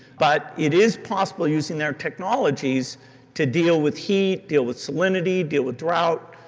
but it is possible using their technologies to deal with heat, deal with salinity, deal with drought,